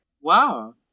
Wow